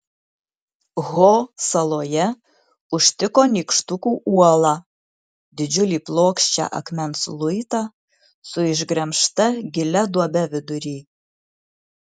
ho saloje užtiko nykštukų uolą didžiulį plokščią akmens luitą su išgremžta gilia duobe vidury